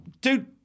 Dude